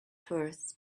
tourists